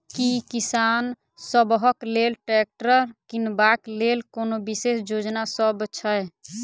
की किसान सबहक लेल ट्रैक्टर किनबाक लेल कोनो विशेष योजना सब छै?